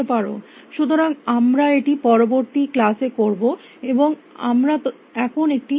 সুতরাং আমরা এটি পরবর্তী ক্লাস এ করব এবং আমরা এখন একটি বিরতি নেব